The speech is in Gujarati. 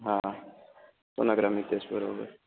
હા સોનાગ્રરા મીતેશ બરોબર